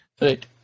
Right